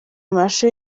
amashusho